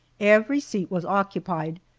every seat was occupied,